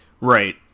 Right